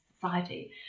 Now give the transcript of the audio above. society